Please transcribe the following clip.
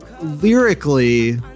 lyrically